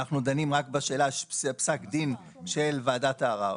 אנחנו דנים רק בשאלה של פסק דין של ועדת הערר.